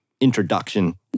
introduction